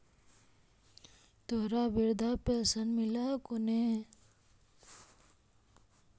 तोहरा वृद्धा पेंशन मिलहको ने?